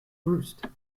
roost